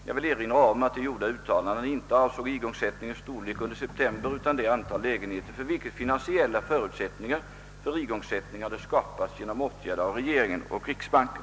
Jag vill erinra om att de gjorda uttalandena inte avsåg igångsättningens storlek under september utan det antal lägenheter för vilket finansiella förutsättningar för igångsättning hade skapats genom åtgärder av regeringen och riksbanken.